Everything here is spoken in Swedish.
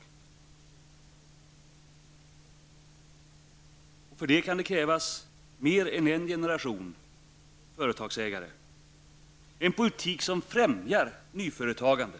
För att uppnå detta kan det krävas mer än en generation företagsägare. Vi behöver alltså en politik som främjar nyföretagandet.